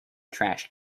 trash